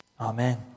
Amen